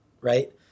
right